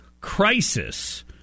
crisis